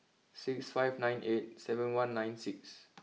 six five nine eight seven one nine six